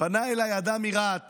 אדם מרהט